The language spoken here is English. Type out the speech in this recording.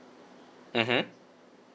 mmhmm